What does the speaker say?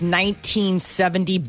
1970